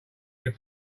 your